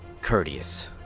courteous